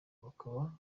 bakaba